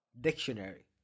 dictionary